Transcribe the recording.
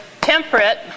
temperate